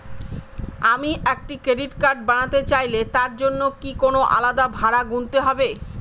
আমি একটি credit card বানাতে চাইলে তার জন্য কি কোনো আলাদা ভাড়া গুনতে হবে?